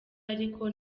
ariko